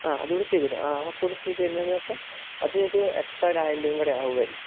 ആ അതുകൂടി ചെയ്തുതരാം ആ ഫുള് ചെയ്ത് തരുന്നതിനെന്നുവച്ചാല് അത് ഒരു എക്സ്ട്രാ ഒരായിരം രൂപയും കൂടെ ആകുമായിരിക്കും